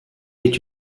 est